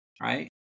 right